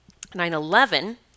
9-11